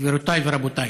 גבירותיי ורבותיי,